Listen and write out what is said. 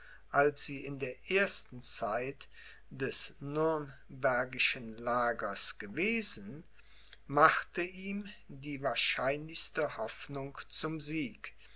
als sie in der ersten zeit des nürnbergischen lagers gewesen machte ihm die wahrscheinlichste hoffnung zum sieg